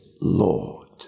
Lord